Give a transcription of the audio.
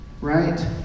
right